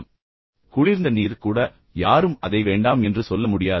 அல்லது குளிர்ந்த நீர் கூட யாரும் அதை வேண்டாம் என்று சொல்ல முடியாது